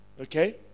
okay